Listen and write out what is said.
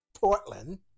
Portland